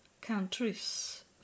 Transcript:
countries